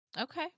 Okay